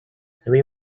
every